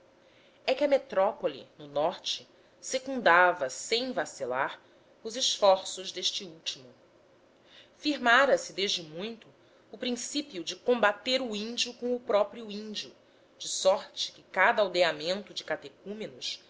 é que a metrópole no norte secundava sem vacilar os esforços deste último firmara se desde muito o princípio de combater o índio com o próprio índio de sorte que cada aldeamento de